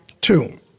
Two